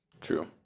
True